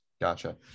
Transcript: Gotcha